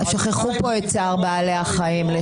שכחו פה לצערי את בעלי החיים.